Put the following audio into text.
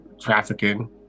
trafficking